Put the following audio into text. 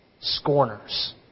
Scorners